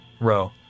row